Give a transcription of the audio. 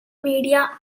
media